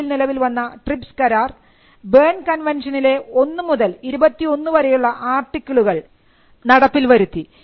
1994 നിലവിൽ വന്ന ട്രിപ്സ് കരാർ ബേൺ കൺവെൻഷനിലെ ഒന്നു മുതൽ 21 വരെയുള്ള ആർട്ടിക്കിളുകൾ നടപ്പിൽ വരുത്തി